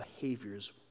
behaviors